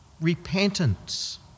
Repentance